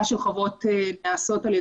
אנחנו רוצים לפתוח את זה גם להן,